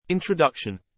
Introduction